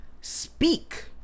speak